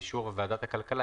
באישור ועדת הכלכלה,